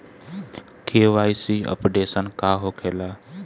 KYC updation का होखेला?